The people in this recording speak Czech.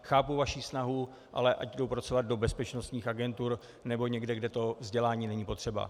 Chápu vaši snahu, ale ať jdou pracovat do bezpečnostních agentur nebo někam, kde to vzdělání není potřeba.